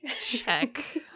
Check